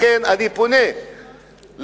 לכן, אני פונה לאנשים,